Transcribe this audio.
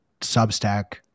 Substack